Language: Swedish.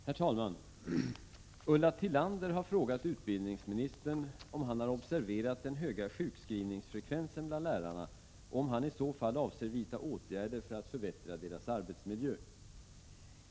Herr talman! Ulla Tillander har frågat utbildningsministern om han har observerat den höga sjukskrivningsfrekvensen bland lärarna och om han i så fall avser vidta åtgärder för att förbättra deras arbetsmiljö.